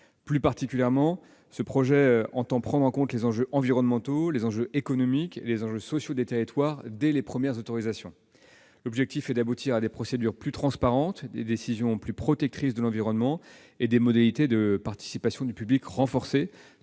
Plus particulièrement, ce projet entend prendre en compte les enjeux environnementaux, économiques et sociaux des territoires dès les premières autorisations. L'objectif est d'aboutir à des procédures plus transparentes, à des décisions plus protectrices de l'environnement et à des modalités de participation du public renforcées,